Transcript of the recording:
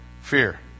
fear